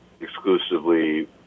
exclusively